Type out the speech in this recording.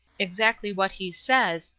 exactly what he says,